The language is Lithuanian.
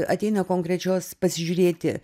ateina konkrečios pasižiūrėti